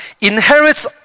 inherits